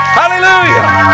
hallelujah